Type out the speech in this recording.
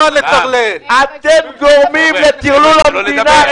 אתם גורמים לטרלול המדינה.